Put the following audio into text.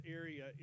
area